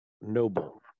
noble